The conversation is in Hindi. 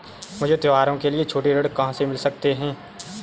मुझे त्योहारों के लिए छोटे ऋण कहाँ से मिल सकते हैं?